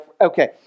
okay